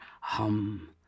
hum